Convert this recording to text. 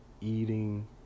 eating